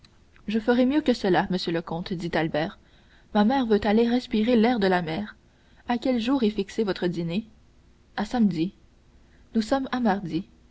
je ferai mieux que cela monsieur le comte dit albert ma mère veut aller respirer l'air de la mer à quel jour est fixé votre dîner à samedi nous sommes à